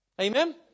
Amen